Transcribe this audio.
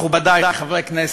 מכובדי חברי הכנסת,